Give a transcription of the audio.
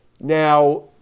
Now